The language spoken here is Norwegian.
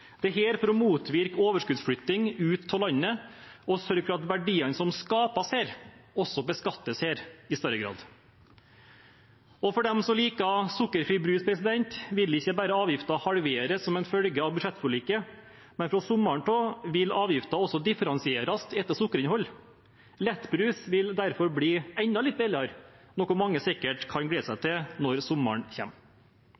for å motvirke overskuddsflytting ut av landet og sørge for at verdiene som skapes her, også beskattes her i større grad. For de som liker sukkerfri brus, vil ikke bare avgiften halveres som en følge av budsjettforliket, men fra sommeren av vil avgiften også differensieres etter sukkerinnhold. Lettbrus vil derfor bli enda litt billigere, noe mange sikkert kan glede seg